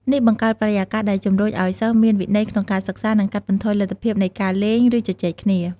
នេះបង្កើតបរិយាកាសដែលជំរុញឲ្យសិស្សមានវិន័យក្នុងការសិក្សា និងកាត់បន្ថយលទ្ធភាពនៃការលេង ឬជជែកគ្នា។